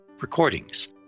recordings